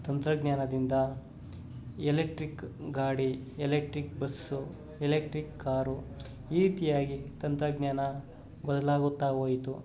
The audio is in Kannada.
ತಂತ್ರಜ್ಞಾನದಿಂದ ಎಲೆಕ್ಟ್ರಿಕ್ ಗಾಡಿ ಎಲೆಕ್ಟ್ರಿಕ್ ಬಸ್ಸು ಎಲೆಕ್ಟ್ರಿಕ್ ಕಾರು ಈ ರೀತಿಯಾಗಿ ತಂತ್ರಜ್ಞಾನ ಬದಲಾಗುತ್ತಾ ಹೋಯಿತು